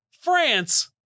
france